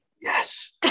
Yes